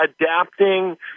adapting